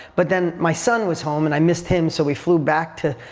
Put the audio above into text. but then my son was home and i missed him so we flew back to